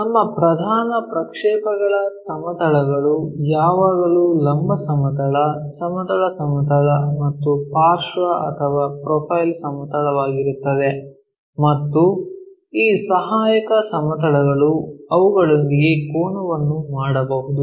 ನಮ್ಮ ಪ್ರಧಾನ ಪ್ರಕ್ಷೇಪಗಳ ಸಮತಲಗಳು ಯಾವಾಗಲೂ ಲಂಬ ಸಮತಲ ಸಮತಲ ಸಮತಲ ಮತ್ತು ಪಾರ್ಶ್ವ ಅಥವಾ ಪ್ರೊಫೈಲ್ ಸಮತಲವಾಗಿರುತ್ತದೆ ಮತ್ತು ಈ ಸಹಾಯಕ ಸಮತಲಗಳು ಅವುಗಳೊಂದಿಗೆ ಕೋನವನ್ನು ಮಾಡಬಹುದು